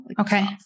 Okay